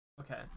Okay